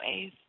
ways